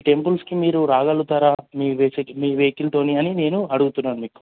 ఈ టెంపుల్స్కి మీరు రాగలుగుతారా మీ మీ వెహికల్స్తో అని నేను అడుగుతున్నాను మీకు